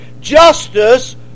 Justice